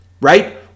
right